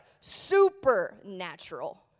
supernatural